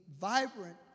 vibrant